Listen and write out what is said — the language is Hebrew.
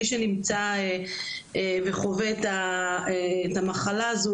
מי שנמצא וחווה את המחלה הזו,